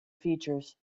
features